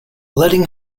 letting